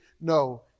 no